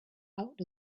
out